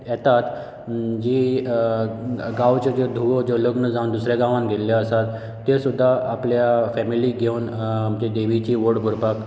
येतात जी गांवची ज्यो धुवो ज्यो लग्न जावन दुसऱ्या गावांत गेल्यो आसात त्यो सुद्दां आपल्या फॅमिलीक घेवन आमच्या देवीची व्होंट भरपाक